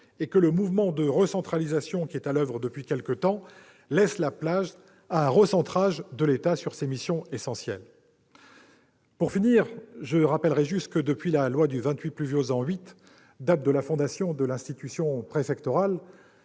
et que le mouvement de recentralisation qui est à l'oeuvre depuis quelque temps laisse la place à un recentrage de l'État sur ses missions essentielles. Pour conclure, je rappellerai juste que, depuis la loi du 28 pluviôse an VIII, date de la fondation de l'institution préfectorale,